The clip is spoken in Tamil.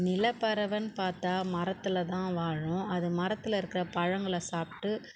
நிலப்பறைவன்னு பார்த்தா மரத்தில் தான் வாழும் அது மரத்தில் இருக்கிற பழங்ளை சாப்பிட்டு